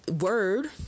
Word